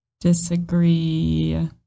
disagree